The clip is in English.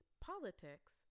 politics